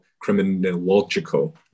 criminological